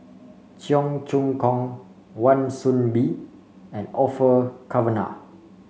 Cheong Choong Kong Wan Soon Bee and Orfeur Cavenagh